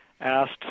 asked